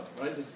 right